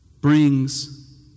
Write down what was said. brings